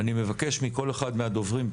אני מבקש מכל אחד מהדוברים,